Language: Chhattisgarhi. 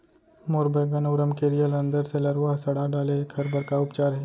मोर बैगन अऊ रमकेरिया ल अंदर से लरवा ह सड़ा डाले हे, एखर बर का उपचार हे?